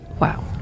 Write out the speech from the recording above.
wow